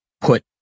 put